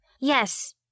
Yes